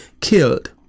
killed